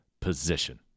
position